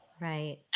Right